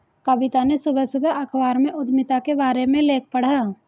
कविता ने सुबह सुबह अखबार में उधमिता के बारे में लेख पढ़ा